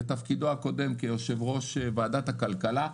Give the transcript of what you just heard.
בתפקידו הקודם כיושב-ראש ועדת הכלכלה,